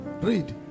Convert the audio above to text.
Read